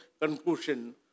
conclusion